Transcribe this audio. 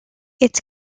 its